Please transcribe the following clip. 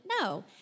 No